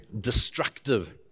destructive